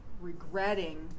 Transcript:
regretting